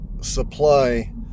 supply